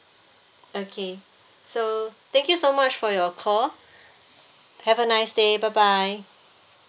okay so thank you so much for your call have a nice day bye bye